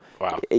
Wow